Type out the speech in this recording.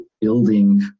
building